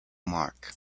mark